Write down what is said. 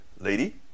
Lady